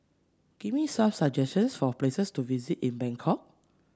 give me some suggestions for places to visit in Bangkok